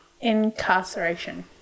incarceration